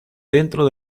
dentro